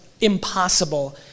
impossible